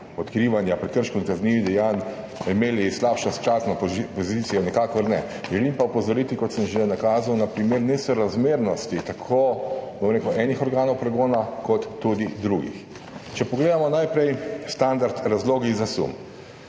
odkrivanja prekrškov in kaznivih dejanj slabšo častno pozicijo, nikakor ne. Želim pa opozoriti, kot sem že nakazal, na primer nesorazmernosti tako enih organov pregona kot tudi drugih. Če pogledamo najprej standard – razlogi za sum.